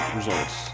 results